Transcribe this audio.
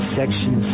section